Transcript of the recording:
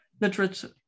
literature